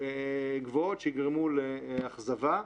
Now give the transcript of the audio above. גבוהות שיגרמו לאכזבה.